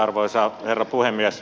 arvoisa herra puhemies